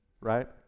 right